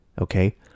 okay